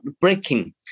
breaking